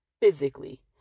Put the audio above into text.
Physically